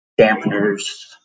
dampeners